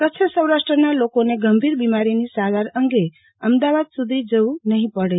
કચ્છ સૌરાષ્ટ્રના લોકોને ગંભીર બીમારીની સારવાર અંગે અમદાવાદ સુધી જવું નહિ પડે